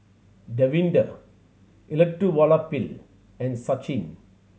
Davinder Elattuvalapil and Sachin